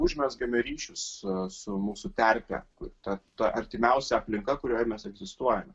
užmezgame ryšius su mūsų terpe kur ta ta artimiausia aplinka kurioje mes egzistuojame